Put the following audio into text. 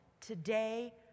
Today